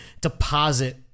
deposit